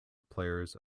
players